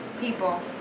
People